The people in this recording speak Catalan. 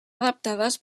adaptades